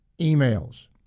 emails